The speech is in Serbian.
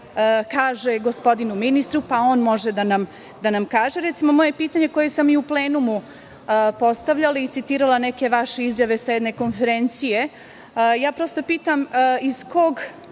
kaže gospodinu ministru, pa on može da nam kaže. Recimo, moje pitanje koja sam i u plenumu postavljala, citirala neke vaše izjave sa jedne konferencije, prosto pitam iz kog